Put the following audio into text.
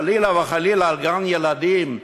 חלילה וחלילה על גן-ילדים,